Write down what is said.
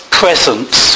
presence